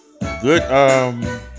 good